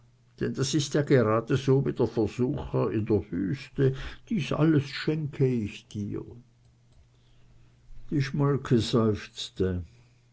das ist ja gerade so wie der versucher in der wüste dies alles schenke ich dir die